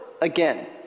again